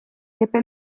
epe